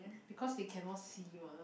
because they cannot see mah